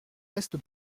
reste